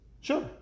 sure